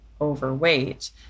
overweight